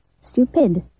stupid